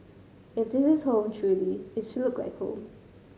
if this is home truly it should look like home